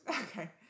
Okay